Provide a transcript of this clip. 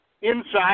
inside